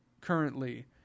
currently